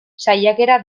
saiakera